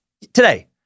today